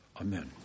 Amen